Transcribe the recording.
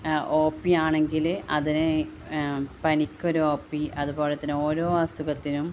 O P ആണെങ്കില് അതിൽ പനിക്കൊരു ഒ പി അത് പോലെതന്നെ ഓരോ അസുഖത്തിനും